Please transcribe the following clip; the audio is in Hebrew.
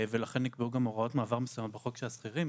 ולכן נקבעו גם הוראות מעבר מסוימות בחוק של השכירים,